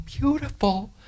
beautiful